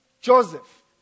Joseph